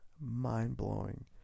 mind-blowing